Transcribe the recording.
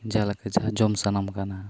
ᱡᱟᱦᱟᱸᱞᱮᱠᱟ ᱡᱟᱦᱟᱸ ᱡᱚᱢ ᱥᱟᱱᱟᱢ ᱠᱟᱱᱟ